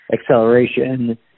acceleration